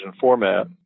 format